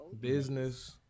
business